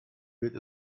wird